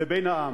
לבין העם.